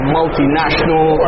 multinational